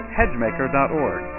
hedgemaker.org